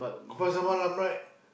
Pasar-Malam right